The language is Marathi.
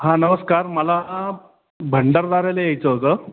हा नमस्कार मला भंडारदऱ्याला यायचं होतं